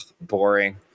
Boring